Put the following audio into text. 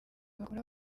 bakora